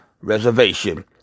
reservation